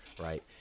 right